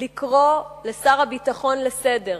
לקרוא את שר הביטחון לסדר,